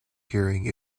hearing